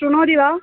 शृणोति वा